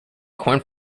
corn